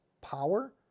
power